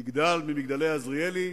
מגדל מ"מגדלי עזריאלי"